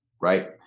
right